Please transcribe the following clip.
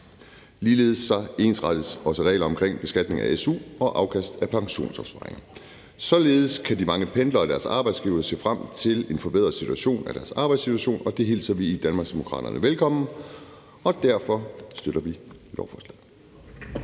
Ligeledes ensrettes også reglerne omkring beskatning af su og afkast af pensionsopsparinger. Således kan de mange pendlere og deres arbejdsgivere se frem til en forbedring af deres arbejdssituation, og det hilser vi i Danmarksdemokraterne velkommen. Derfor støtter vi lovforslaget.